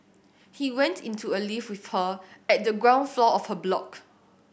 he went into a lift with her at the ground floor of her block